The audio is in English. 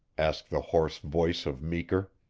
asked the hoarse voice of meeker.